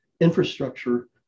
infrastructure